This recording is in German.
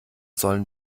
sollen